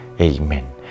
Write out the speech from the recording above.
Amen